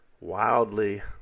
wildly